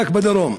רק בדרום,